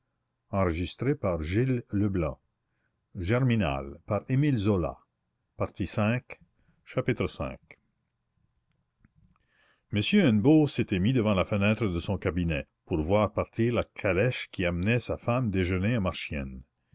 v m hennebeau s'était mis devant la fenêtre de son cabinet pour voir partir la calèche qui emmenait sa femme déjeuner à marchiennes